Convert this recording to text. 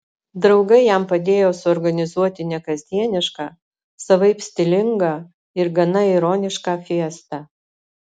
draugai jam padėjo suorganizuoti nekasdienišką savaip stilingą ir gana ironišką fiestą